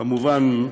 כמובן,